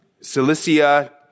Cilicia